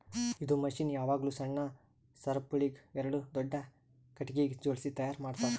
ಇದು ಮಷೀನ್ ಯಾವಾಗ್ಲೂ ಸಣ್ಣ ಸರಪುಳಿಗ್ ಎರಡು ದೊಡ್ಡ ಖಟಗಿಗ್ ಜೋಡ್ಸಿ ತೈಯಾರ್ ಮಾಡ್ತರ್